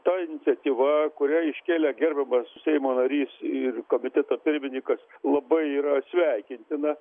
ta iniciatyva kurią iškėlė gerbiamas seimo narys ir komiteto pirmininkas labai yra sveikintina